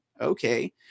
Okay